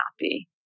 happy